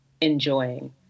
enjoying